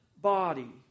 body